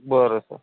बरं सर